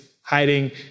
hiding